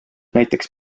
näiteks